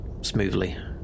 smoothly